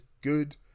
good